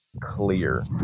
clear